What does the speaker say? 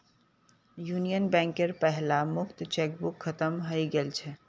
union बैंकेर पहला मुक्त चेकबुक खत्म हइ गेल छ